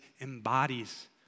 embodies